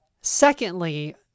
Secondly